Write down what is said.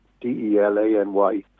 D-E-L-A-N-Y